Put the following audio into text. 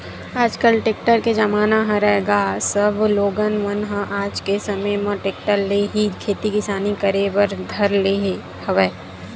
आजकल टेक्टर के जमाना हरय गा सब लोगन मन ह आज के समे म टेक्टर ले ही खेती किसानी करे बर धर ले हवय